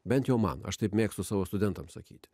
bent jau man aš taip mėgstu savo studentams sakyti